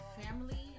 family